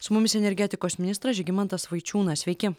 su mumis energetikos ministras žygimantas vaičiūnas sveiki